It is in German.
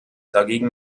dagegen